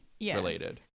related